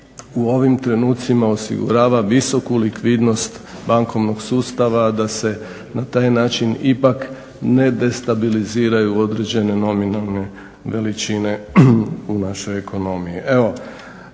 u ovim trenucima osigurava visoku likvidnost bankovnog sustava da se na taj način ipak ne destabiliziraju određene nominalne veličine u našoj ekonomiji.